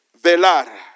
velar